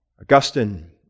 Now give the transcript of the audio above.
Augustine